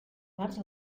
bars